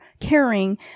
caring